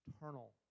eternal